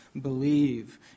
believe